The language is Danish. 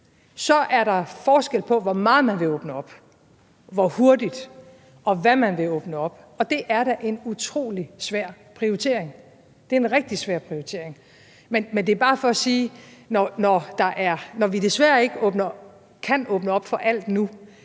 Så er der forskel på, hvor meget man vil åbne op, hvor hurtigt og hvad man vil åbne op, og det er da en utrolig svær prioritering. Det er en rigtig svær prioritering. Men det er bare for at sige, at det, at vi desværre ikke kan åbne op for alt nu,